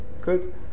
Good